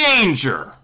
Danger